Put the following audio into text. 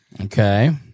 Okay